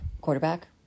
quarterback